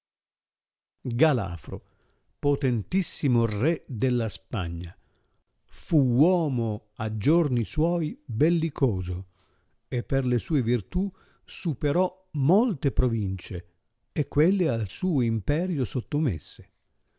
galafro potentissimo re della spagna fu uomo a giorni suoi bellicoso e per le sue virtù superò molte provincie e quelle al suo imperio sottomesse